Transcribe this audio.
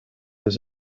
his